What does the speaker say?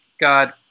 God